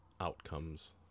outcomes